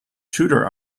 tudor